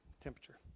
temperature